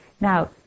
Now